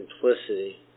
simplicity